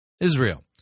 Israel